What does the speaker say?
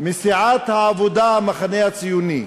מסיעת העבודה, המחנה הציוני,